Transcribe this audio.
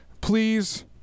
Please